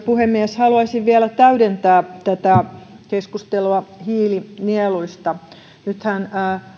puhemies haluaisin vielä täydentää tätä keskustelua hiilinieluista nythän